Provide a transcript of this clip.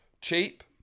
Cheap